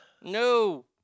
No